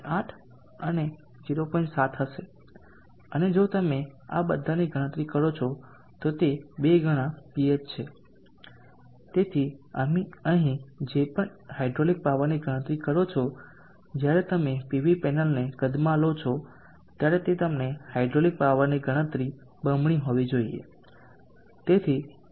7 હશે અને જો તમે આ બધાની ગણતરી કરો છો તો તે બે ગણા Ph છે તેથી તમે અહીં જે પણ હાઇડ્રોલિક પાવરની ગણતરી કરો છો જ્યારે તમે પીવી પેનલને કદમાં લો છો ત્યારે તે તમને હાઇડ્રોલિક પાવરની ગણતરી બમણી હોવી જોઈએ